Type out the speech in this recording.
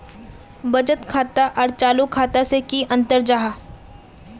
बचत खाता आर चालू खाता से की अंतर जाहा?